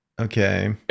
okay